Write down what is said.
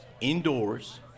indoors